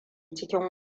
cikin